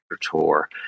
Tour